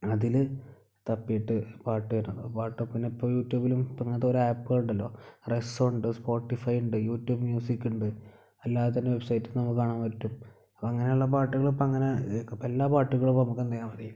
അതിൽ തപ്പിയിട്ട് പാട്ട് വരും പാട്ട് പിന്നെ ഇപ്പം യൂട്യൂബിലും ഇങ്ങനത്തെ ഒരു ആപ്പുകൾ ഉണ്ടല്ലോ റസോ ഉണ്ട് സ്പോട്ടിഫൈ ഉണ്ട് യൂട്യൂബ് മ്യൂസിക്ക ഉണ്ട് അല്ലാതെ തന്നെ വെബ്സൈറ്റിൽ നമുക്ക് കാണാൻ പറ്റും അങ്ങനെയുള്ള പാട്ടുകളും ഇപ്പം അങ്ങനെ എല്ലാ പാട്ടുകളും ഇപ്പോൾ നമുക്ക് എന്ത് ചെയ്താൽ മതി